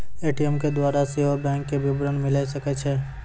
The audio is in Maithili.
ए.टी.एम के द्वारा सेहो बैंक विबरण मिले सकै छै